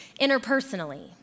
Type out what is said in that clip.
interpersonally